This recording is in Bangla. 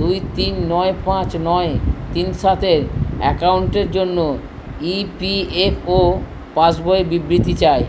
দুই তিন নয় পাঁচ নয় তিন সাতের অ্যাকাউন্টের জন্য ই পি এফ ও পাসবইয়ের বিবৃতি চাই